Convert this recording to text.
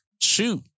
shoot